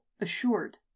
assured